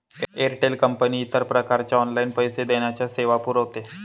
Airtel company इतर प्रकारच्या online पैसे देण्याच्या सेवा पुरविते